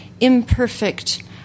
imperfect